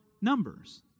numbers